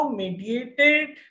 mediated